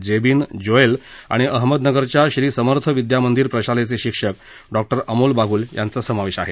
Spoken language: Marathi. जेबीन जोएल आणि अहमदनगरच्या श्री समर्थ विद्यामंदीर प्रशालेचे शिक्षक डॉ अमोल बाग्ल यांचा समावेश आहे